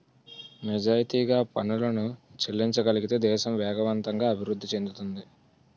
నిజాయితీగా పనులను చెల్లించగలిగితే దేశం వేగవంతంగా అభివృద్ధి చెందుతుంది